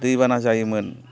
दै बाना जायोमोन